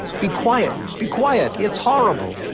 be quiet be quiet. it's horrible.